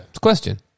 question